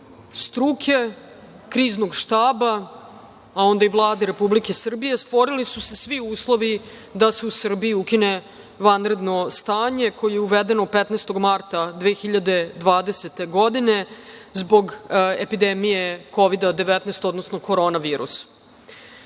struke, Kriznog štaba, a onda i Vlade Republike Srbije stvorili su se svi uslovi da se u Srbiji ukine vanredno stanje, koje je uvedeno 15. marta 2020. godine, zbog epidemije Kovida – 19, odnosno Koronavirusa. Osnovni